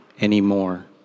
anymore